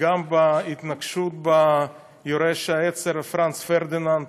גם בהתנקשות ביורש העצר פרנץ פרדיננד